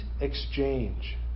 exchange